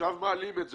עכשיו מעלים את זה.